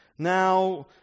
Now